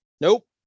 Nope